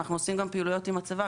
ואנחנו עושים גם פעילויות עם הצבא,